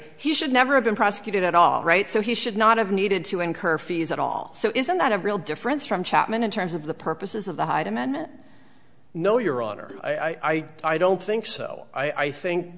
he should never have been prosecuted at all right so he should not have needed to incur fees at all so isn't that a real difference from chapman in terms of the purposes of the hyde amendment no your honor i don't think so i think